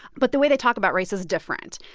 but the way they talk about race is different.